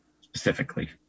specifically